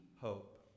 hope